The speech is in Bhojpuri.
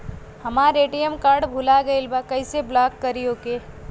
हमार ए.टी.एम कार्ड भूला गईल बा कईसे ब्लॉक करी ओके?